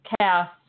cast